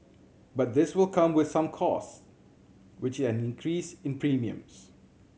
but this will come with some cost which an increase in premiums